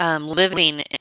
Living